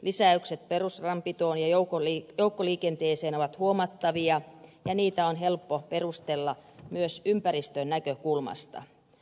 lisäykset perusradanpitoon ja joukkoliikenteeseen ovat huomattavia ja niitä on helppo perustella myös ympäristönäkökulmasta